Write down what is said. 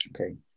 Okay